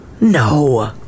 No